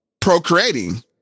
procreating